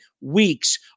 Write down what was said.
weeks